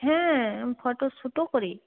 হ্যাঁ আমি ফটোশ্যুটও করি